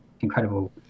incredible